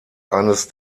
eines